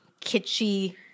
kitschy